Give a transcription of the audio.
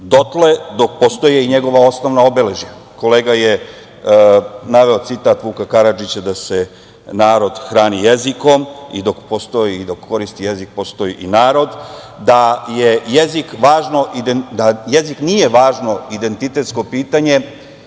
dotle dok postoje i njegova osnovna obeležja. Kolega je naveo citat Vuka Karadžića da se narod hrani jezikom i dok postoji i dok koristi jezik postoji i narod. Da jezik nije važno identitetsko pitanje,